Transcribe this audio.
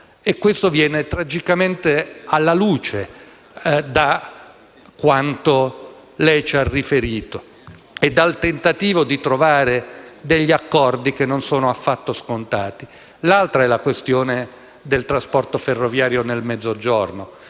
E questo dato viene tragicamente alla luce da quanto lei ci ha riferito e dal tentativo di trovare degli accordi che non sono affatto scontati. Dall'altra parte, vi è la questione del trasporto ferroviario nel Mezzogiorno.